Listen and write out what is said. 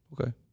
Okay